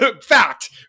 fact